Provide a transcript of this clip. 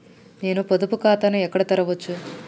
నేను పొదుపు ఖాతాను ఎక్కడ తెరవచ్చు?